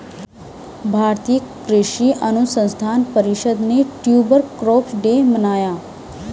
भारतीय कृषि अनुसंधान परिषद ने ट्यूबर क्रॉप्स डे मनाया